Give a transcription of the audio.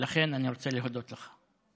ולכן אני רוצה להודות לך.